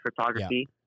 photography